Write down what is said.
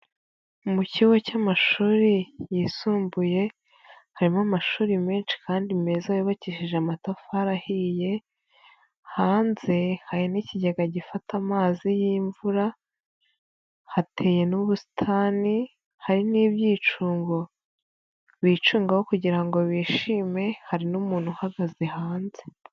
Ni mu kigo cy'amashuri yisumbuye harimo amashuri menshi kandi meza yubakishije amatafari ahiye, hanze hari n'ikigega gifata amazi y'imvura, hateye n'ubusitani, hari n'ibyicungo bicungaho kugira ngo bishime, hari n'umuntu uhagaze hanze.